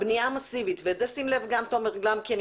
הבנייה המסיבית ושים לב תומר גלאם כי אני